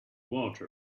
water